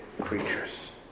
creatures